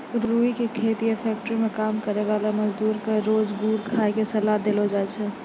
रूई के खेत या फैक्ट्री मं काम करै वाला मजदूर क रोज गुड़ खाय के सलाह देलो जाय छै